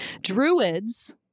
Druids